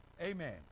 amen